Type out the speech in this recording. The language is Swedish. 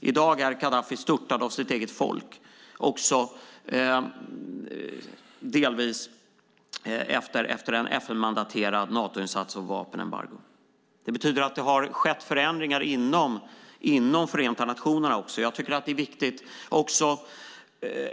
I dag är Gaddafi störtad av sitt eget folk, delvis efter en FN-mandaterad Natoinsats och ett vapenembargo. Det betyder att det har skett förändringar inom Förenta nationerna också.